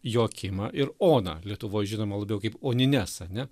joakimą ir oną lietuvoj žinomą labiau kaip onines ane